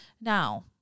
Now